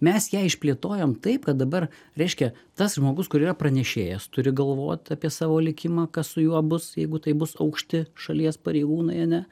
mes ją išplėtojom taip kad dabar reiškia tas žmogus kur yra pranešėjas turi galvot apie savo likimą kas su juo bus jeigu tai bus aukšti šalies pareigūnai ane